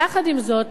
יחד עם זאת,